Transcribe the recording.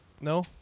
no